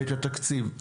את התקציב.